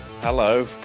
Hello